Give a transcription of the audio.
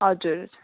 हजुर